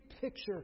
picture